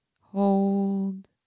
hold